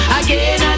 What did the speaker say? again